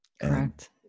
Correct